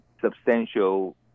substantial